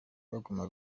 baguma